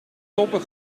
toppen